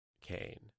Cain